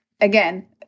again